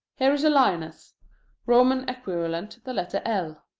here is a lioness roman equivalent, the letter l.